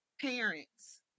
Parents